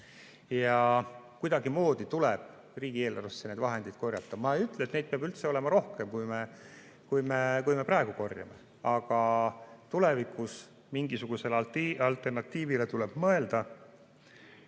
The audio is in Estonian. Kuidagimoodi tuleb riigieelarvesse need vahendid korjata. Ma ei ütle, et neid peab olema rohkem, kui me praegu korjame, aga tulevikus mingisugusele alternatiivile tuleb mõelda.